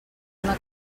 una